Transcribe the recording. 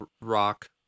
rock